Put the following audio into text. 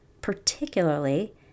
particularly